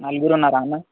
నలుగురు ఉన్నారా అన్న